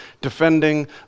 defending